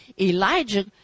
Elijah